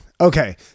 Okay